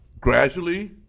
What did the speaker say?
gradually